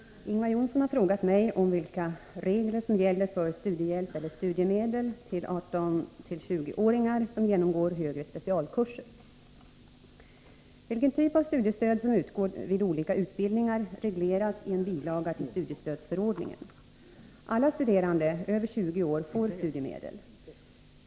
Herr talman! Ingvar Johnsson har frågat mig vilka regler som gäller för studiehjälp eller studiemedel till 18-20-åringar som genomgår högre specialkurser. Vilken typ av studiestöd som utgår vid olika utbildningar regleras i en bilaga till studiestödsförordningen. Alla studerande över 20 år får studiemedel.